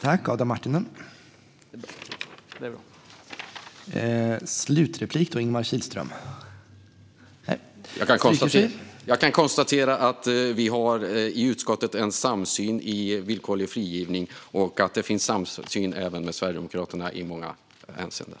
Jag kan alltså konstatera att vi har en samsyn i utskottet när det gäller villkorlig frigivning och att det finns en samsyn med Sverigedemokraterna i många hänseenden.